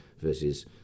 versus